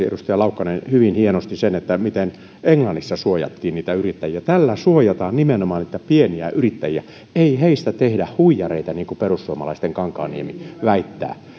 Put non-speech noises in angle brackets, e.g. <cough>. <unintelligible> edustaja laukkanen totesi hyvin hienosti sen miten englannissa suojattiin yrittäjiä tällä suojataan nimenomaan niitä pieniä yrittäjiä ei heistä tehdä huijareita niin kuin perussuomalaisten kankaanniemi väittää